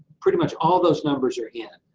pretty much all those numbers are in.